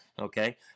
okay